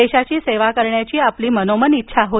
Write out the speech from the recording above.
देशाची सेवा करण्याची आपली मनोमन इच्छा आहे